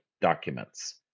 documents